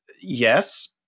Yes